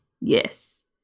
yes